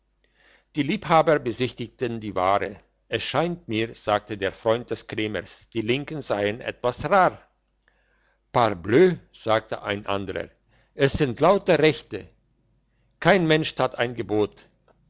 die liebhaber besichtigten die ware es scheint mir sagte der freund des krämers die linken seien etwas rar parbleu sagte ein anderer es sind lauter rechte kein mensch tat ein gebot